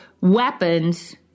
weapons